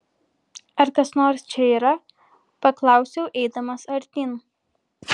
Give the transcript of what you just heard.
ar kas nors čia yra paklausiau eidamas artyn